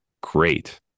Great